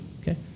okay